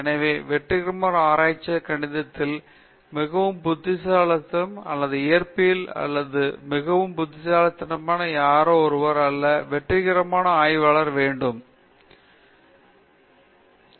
எனவே வெற்றிகரமான ஆராய்ச்சியாளர் கணிதத்தில் மிகவும் புத்திசாலித்தனம் அல்லது இயற்பியல் அல்லது மிகவும் புத்திசாலித்தனமான யார் யாரோ அல்ல வெற்றிகரமான ஆய்வாளர் அவரது வாழ்நாள் முழுவதும் பரவாயில்லை புதிய கருத்துக்களை உருவாக்கும் திறன் கொண்டவர்